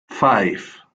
five